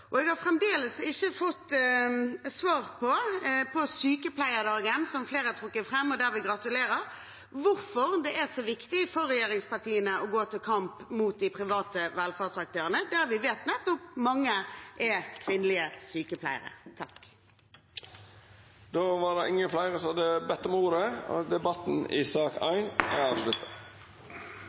Jeg har fremdeles ikke fått svar på – på sykepleierdagen, som flere har trukket fram, og der vi gratulerer – hvorfor det er så viktig for regjeringspartiene å gå til kamp mot de private velferdsaktørene, der vi vet det nettopp er mange kvinnelige sykepleiere.